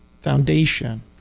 foundation